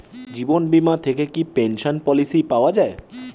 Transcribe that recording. জীবন বীমা থেকে কি পেনশন পলিসি পাওয়া যায়?